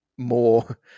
more